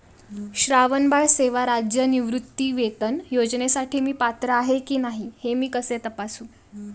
श्रावणबाळ सेवा राज्य निवृत्तीवेतन योजनेसाठी मी पात्र आहे की नाही हे मी कसे तपासू?